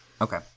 okay